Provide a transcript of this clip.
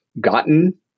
gotten